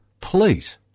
please